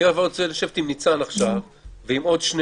אני עכשיו רוצה לשבת עם ניצן ועם עוד שני